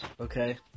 okay